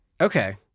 okay